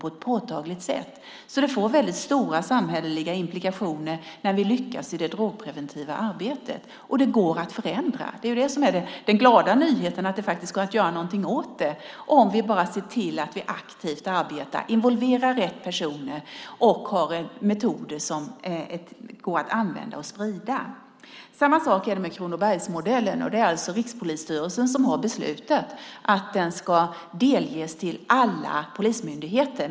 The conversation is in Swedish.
Det får alltså väldigt stora samhälleliga implikationer när vi lyckas i det drogpreventiva arbetet. Och det går att förändra. Det är det som är den glada nyheten, att det faktiskt går att göra någonting åt detta, om vi bara ser till att vi arbetar aktivt, involverar rätt personer och har metoder som går att använda och sprida. Samma sak är det med Kronobergsmodellen. Det är alltså Rikspolisstyrelsen som har beslutat att den ska delges alla polismyndigheter.